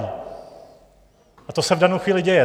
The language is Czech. A to se v danou chvíli děje.